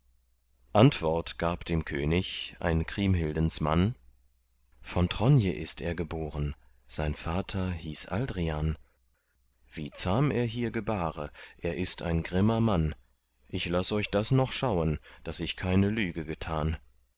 antwort gab dem könig ein kriemhildensmann von tronje ist er geboren sein vater hieß aldrian wie zahm er hier gebare er ist ein grimmer mann ich laß euch das noch schauen daß ich keine lüge getan